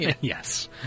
Yes